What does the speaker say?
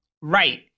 Right